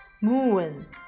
moon